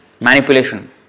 Manipulation